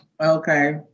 Okay